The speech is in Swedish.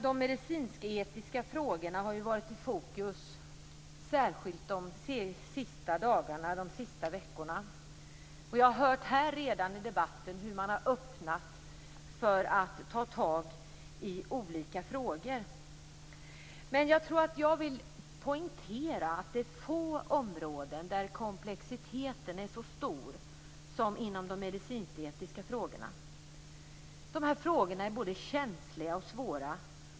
De medicinsk-etiska frågorna har varit i fokus särskilt de senaste veckorna. Vi har hört i debatten hur man har öppnat för att ta tag i olika frågor. Jag vill poängtera att det är få områden där komplexiteten är så stor som inom de medicinsketiska frågorna. Frågorna är känsliga och svåra.